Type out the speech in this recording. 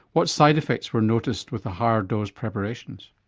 what side effects were noticed with the higher dose preparations?